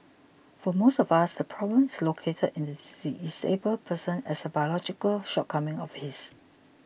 for most of us the problem is located in the disabled person as a biological shortcoming of his